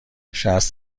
شصت